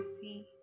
see